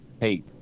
Hey